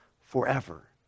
forever